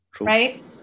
Right